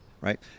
right